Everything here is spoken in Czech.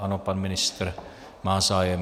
Ano, pan ministr má zájem.